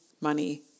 money